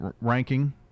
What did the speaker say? ranking